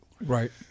Right